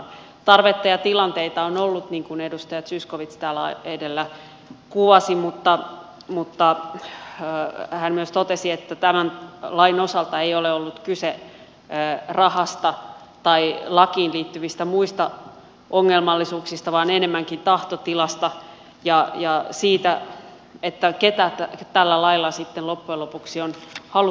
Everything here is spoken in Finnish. tarvetta ja tilanteita on ollut niin kuin edustaja zyskowicz täällä edellä kuvasi mutta hän myös totesi että tämän lain osalta ei ole ollut kyse rahasta tai lakiin liittyvistä muista ongelmallisuuksista vaan enemmänkin tahtotilasta ja siitä ketä tällä lailla sitten loppujen lopuksi on haluttu suojella